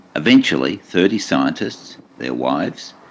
eventually thirty scientists, their wives,